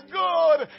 good